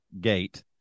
gate